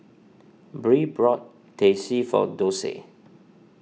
Bree brought Teh C for Dorsey